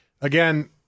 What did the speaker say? again